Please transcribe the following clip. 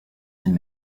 and